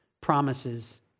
promises